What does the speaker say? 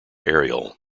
ariel